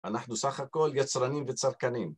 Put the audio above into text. אנחנו סך הכל יצרנים וצרכנים.